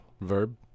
Verb